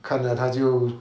看着他就